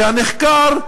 שהנחקר,